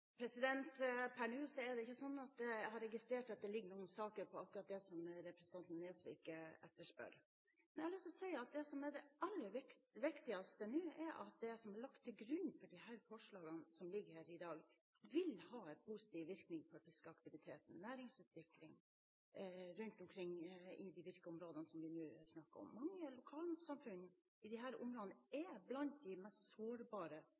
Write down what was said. Per nå har jeg ikke registrert at det ligger noen saker om akkurat det som representanten Nesvik etterspør. Det som er det aller viktigste nå, er at det som ligger til grunn for de forslagene som ligger her i dag, vil ha en positiv virkning for fiskeaktiviteten og næringsutviklingen rundt omkring i de virkeområdene som vi nå snakker om. Mange lokalsamfunn i disse områdene er blant de mest sårbare